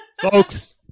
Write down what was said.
Folks